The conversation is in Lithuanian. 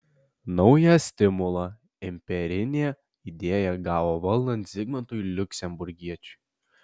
naują stimulą imperinė idėja gavo valdant zigmantui liuksemburgiečiui